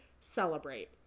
celebrate